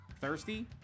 Thirsty